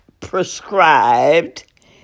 prescribed